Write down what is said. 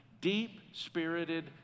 deep-spirited